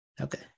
Okay